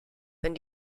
wenn